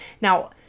Now